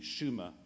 Schumer